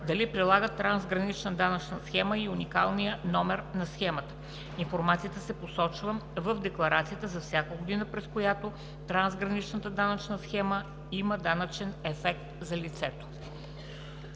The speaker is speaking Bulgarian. дали прилагат трансгранична данъчна схема и уникалния номер на схемата. Информацията се посочва в декларацията за всяка година, през която трансграничната данъчна схема има данъчен ефект за лицето.“